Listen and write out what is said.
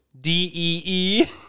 D-E-E